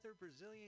Brazilian